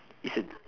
it's a